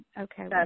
Okay